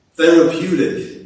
Therapeutic